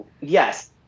yes